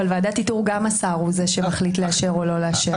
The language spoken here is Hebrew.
אבל ועדת איתור גם השר הוא זה שמחליט לאשר או לא לאשר.